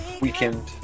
weekend